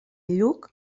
lluc